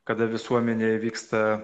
kada visuomenėje vyksta